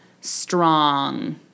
strong